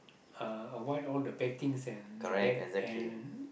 uh avoid all the bad things and the bad and